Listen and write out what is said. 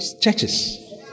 churches